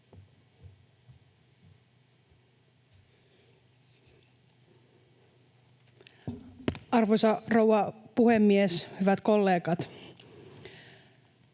Arvoisa rouva puhemies! Hyvät kollegat!